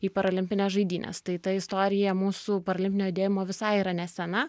į parolimpines žaidynes tai ta istorija mūsų paralimpinio judėjimo visai yra nesena